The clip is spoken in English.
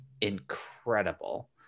incredible